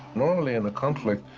normally in a conflict,